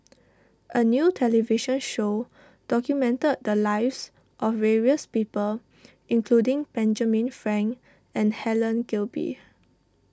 a new television show documented the lives of various people including Benjamin Frank and Helen Gilbey